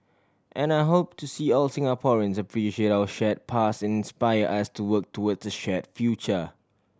and I hope to see all Singaporeans appreciate our shared past and inspire us to work towards a shared future